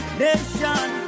nation